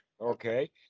Okay